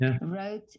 wrote